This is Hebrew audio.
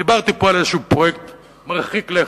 דיברתי פה על איזשהו פרויקט מרחיק לכת,